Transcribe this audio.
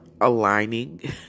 aligning